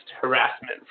harassment